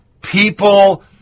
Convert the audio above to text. people